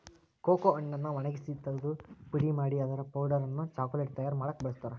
cocoa ಹಣ್ಣನ್ನ ಒಣಗಿಸಿ ತುರದು ಪುಡಿ ಮಾಡಿ ಅದರ ಪೌಡರ್ ಅನ್ನ ಚಾಕೊಲೇಟ್ ತಯಾರ್ ಮಾಡಾಕ ಬಳಸ್ತಾರ